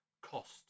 cost